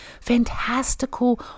fantastical